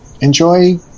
Enjoy